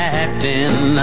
acting